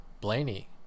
Blaney